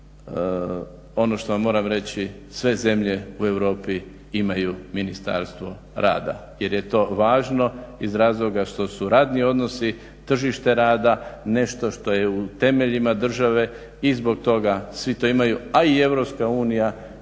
i ono što vam moram reći sve zemlje u Europi imaju ministarstvo rada jer je to važno iz razloga što su radni odnosi, tržište rada nešto što je u temeljima države i zbog toga svi to imaju, a i EU ima